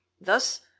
thus